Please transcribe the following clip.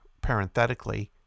parenthetically